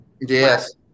Yes